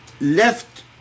left